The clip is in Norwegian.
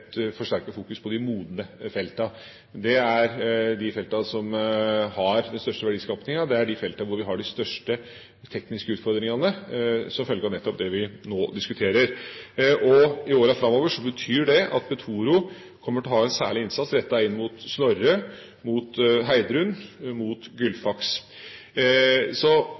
fokus på de modne feltene. Det er de feltene som har den største verdiskapingen, det er de feltene hvor vi har de største tekniske utfordringene som følge av nettopp det vi nå diskuterer. I årene framover betyr det at Petoro kommer til å ha en særlig innsats rettet inn mot Snorre, mot Heidrun og mot Gullfaks. Så